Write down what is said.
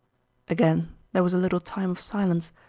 again there was a little time of silence,